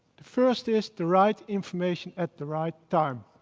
the first is the right information at the right time.